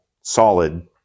solid